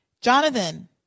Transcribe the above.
Jonathan